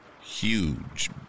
huge